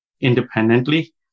independently